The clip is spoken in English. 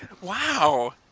Wow